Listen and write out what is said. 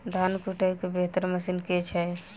धान कुटय केँ बेहतर मशीन केँ छै?